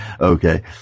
Okay